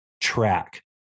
track